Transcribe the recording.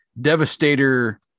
Devastator